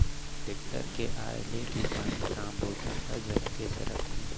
tractor के आय ले किसानी काम बूता ह झटके सरकही